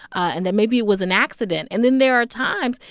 and that maybe it was an accident and then there are times,